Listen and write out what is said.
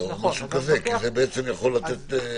נכון, כל הפרטים האלה.